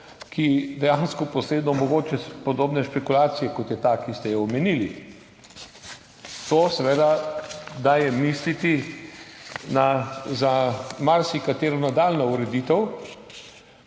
ki dejansko posredno omogoča podobne špekulacije, kot je ta, ki ste jo omenili. To seveda daje misliti za marsikatero nadaljnjo ureditev,